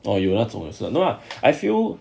哦有那种 lah I feel